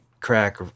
crack